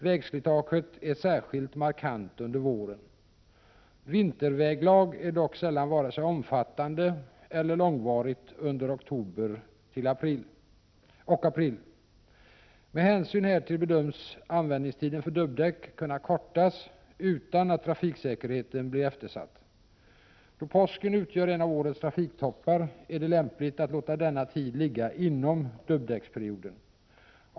Vägslitaget är särskilt markant under våren. Vinterväglag är dock sällan vare sig omfattande eller långvarigt under oktober och april. Med hänsyn härtill bedömdes användningstiden för dubbdäck kunna kortas utan att trafiksäkerheten blir eftersatt. Då påsken innebär en av årets trafiktoppar är det lämpligt att låta denna tid ligga inom dubbdäcksperioden.